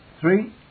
Three